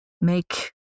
make